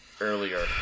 earlier